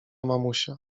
mamusia